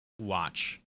watch